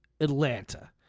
Atlanta